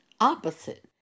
opposite